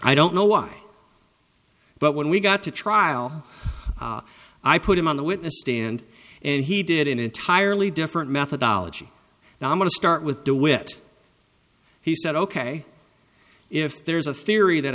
i don't know why but when we got to trial i put him on the witness stand and he did an entirely different methodology now i'm going to start with de witt he said ok if there's a theory that